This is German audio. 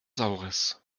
saures